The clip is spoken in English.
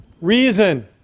reason